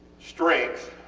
strength